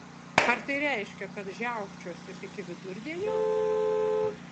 ar tai reiškia kad žiaukčiosiu iki vidurdienio